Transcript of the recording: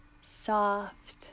Soft